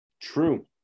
True